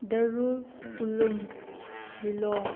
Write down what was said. ꯗꯔꯨꯜ ꯎꯂꯨꯝ ꯂꯤꯂꯣꯡ